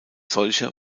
solcher